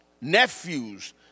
nephews